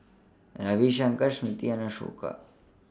Ravi Shankar Smriti and Ashoka